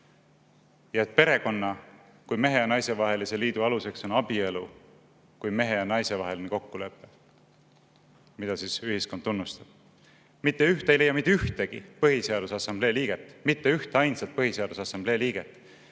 et perekonna kui mehe ja naise vahelise liidu aluseks on abielu kui mehe ja naise vaheline kokkulepe, mida ühiskond tunnustab. Te ei leia mitte ühtegi Põhiseaduse Assamblee liiget, mitte ühteainsat Põhiseaduse Assamblee liiget,